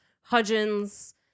Hudgens